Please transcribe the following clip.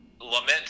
lament